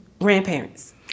grandparents